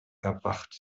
erwacht